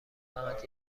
فقط